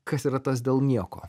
kas yra tas dėl nieko